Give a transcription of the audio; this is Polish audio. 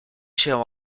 się